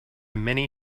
many